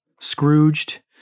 Scrooged